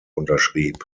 unterschrieb